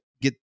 get